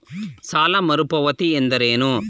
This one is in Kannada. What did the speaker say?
ಸಾಲ ಮರುಪಾವತಿ ಎಂದರೇನು?